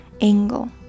angle